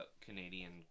Canadian